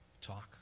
Talk